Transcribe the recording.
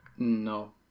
No